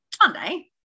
Sunday